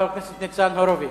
חבר הכנסת ניצן הורוביץ.